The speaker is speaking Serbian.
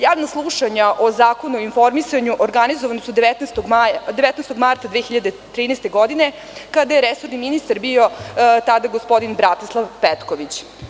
Javno slušanje o Zakonu o informisanju organizovane su 19. marta 2013. godine kada je resorni ministar bio gospodin Bratislav Petrović.